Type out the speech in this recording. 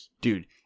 Dude